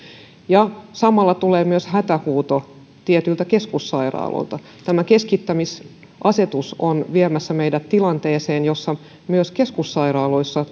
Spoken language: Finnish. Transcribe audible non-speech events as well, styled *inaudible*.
ja samalla tulee myös hätähuuto tietyiltä keskussairaaloilta tämä keskittämisasetus on viemässä meidät tilanteeseen jossa myös keskussairaaloissa *unintelligible*